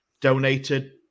donated